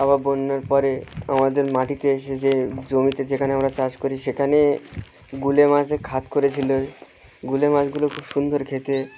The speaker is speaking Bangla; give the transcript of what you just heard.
আবার বন্যার পরে আমাদের মাটিতে এ সে যে জমিতে যেখানে আমরা চাষ করি সেখানে গুলে মাছে খাত করেছিলো গুলে মাছগুলো খুব সুন্দর খেতে